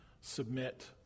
submit